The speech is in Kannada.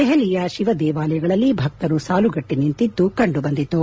ದೆಹಲಿಯ ಶಿವ ದೇವಾಲಯಗಳಲ್ಲಿ ಭಕ್ತರು ಸಾಲುಗಟ್ಟಿ ನಿಂತಿದ್ದು ಕಂಡುಬಂದಿತು